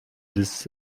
des